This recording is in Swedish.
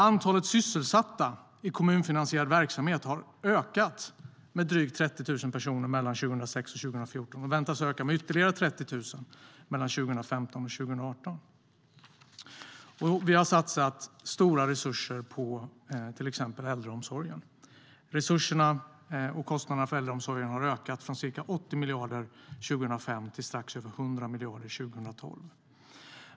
Antalet sysselsatta i kommunfinansierad verksamhet har ökat med drygt 30 000 personer mellan 2006 och 2014 och väntas öka med ytterligare 30 000 mellan 2015 och 2018. Vi har satsat stora resurser på till exempel äldreomsorgen. Resurserna till och kostnaderna för äldreomsorgen har ökat från ca 80 miljarder 2005 till strax över 100 miljarder 2012.